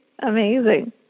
amazing